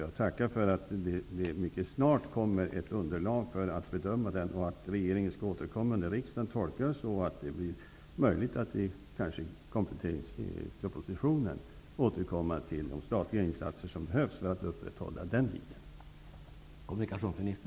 Jag tackar för att det mycket snart kommer ett underlag för att bedöma den och för att regeringen skall återkomma när riksdagen bedömer att det blir möjligt, kanske i kompletteringspropositionen, att återkomma till de statliga insatser som behövs för att upprätthålla den linjen.